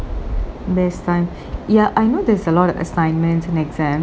best time ya I know there is a lot of assignments and exams